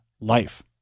life